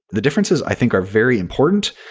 the differences i think are very important,